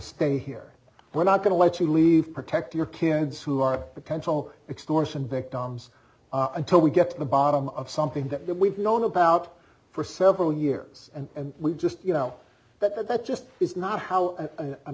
stay here we're not going to let you leave protect your kids who are potential extortion victims until we get to the bottom of something that we've known about for several years and we just you know that that just is not how